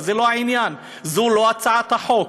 זה לא העניין, זו לא הצעת החוק.